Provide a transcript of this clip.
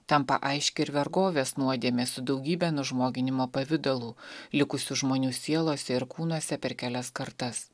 tampa aiški ir vergovės nuodėmė su daugybe nužmoginimo pavidalų likusių žmonių sielose ir kūnuose per kelias kartas